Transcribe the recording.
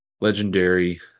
legendary